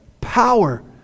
power